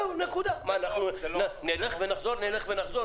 אנחנו נלך ונחזור שוב ושוב?